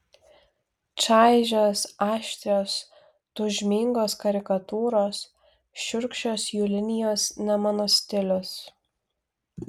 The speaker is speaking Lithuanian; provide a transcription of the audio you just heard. čaižios aštrios tūžmingos karikatūros šiurkščios jų linijos ne mano stilius